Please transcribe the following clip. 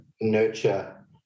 nurture